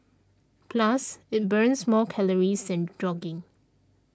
plus it burns more calories than jogging